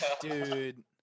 Dude